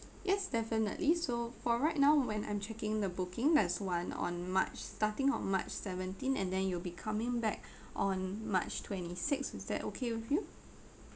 yes definitely so for right now when I'm checking the booking there's one on march starting on march seventeen and then you'll be coming back on march twenty six is that okay with you